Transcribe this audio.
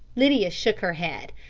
lydia shook her head.